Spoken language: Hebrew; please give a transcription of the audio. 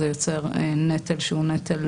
זה יוצר נטל שהוא נטל